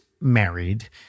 married